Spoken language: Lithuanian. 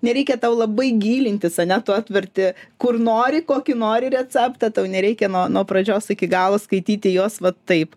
nereikia tau labai gilintis ane tu atverti kur nori kokį nori receptą tau nereikia no nuo pradžios iki galo skaityti jos va taip